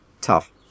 tough